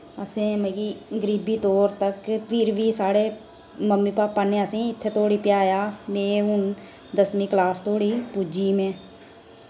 असें मिगी गरीबी तौर फिर बी साढ़े मम्मी पापा ने असें ई इत्थूं धोड़ी पजाया में हुन दसमीं क्लास धोड़ी पुज्जी में